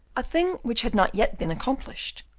a thing which had not yet been accomplished,